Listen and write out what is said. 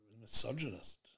misogynist